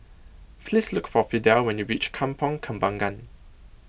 Please Look For Fidel when YOU REACH Kampong Kembangan